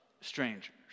strangers